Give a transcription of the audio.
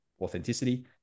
authenticity